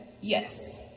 yes